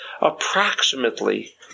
approximately